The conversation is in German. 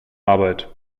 arbeit